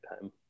time